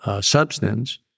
substance